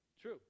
True